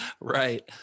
Right